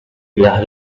las